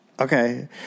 Okay